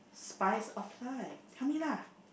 spice of life tell me lah